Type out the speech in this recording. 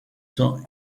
sont